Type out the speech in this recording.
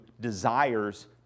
desires